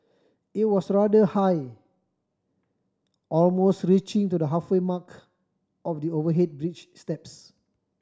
it was rather high almost reaching to the halfway mark of the overhead bridge steps